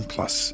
Plus